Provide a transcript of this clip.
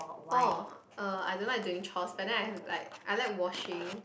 orh uh I don't like doing chores but then I've like I like washing